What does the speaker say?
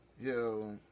Yo